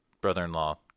brother-in-law